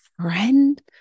friend